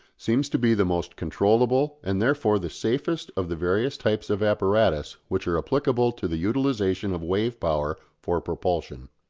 seems to be the most controllable and therefore the safest of the various types of apparatus which are applicable to the utilisation of wave-power for propulsion.